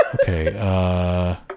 Okay